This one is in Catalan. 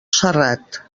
serrat